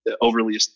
overly